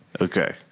Okay